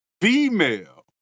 female